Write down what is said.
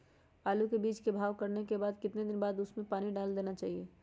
आलू के बीज के भाव करने के बाद कितने दिन बाद हमें उसने पानी डाला चाहिए?